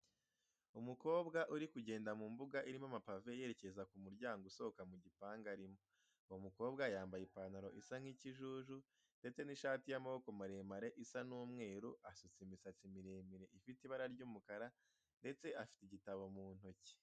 Umukobwa uri kugenda mu mbuga irimo amapave yerekeza ku muryango usohoka mu gipangu arimo. Uwo mukobwa yambaye ipantaro isa n'ikijuju ndetse n'ishati y'amaboko maremare isa n'umweru, asutse imisatsi miremire ifite ibara ry'umukara ndetse afite igitabo mu ntoki.